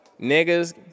niggas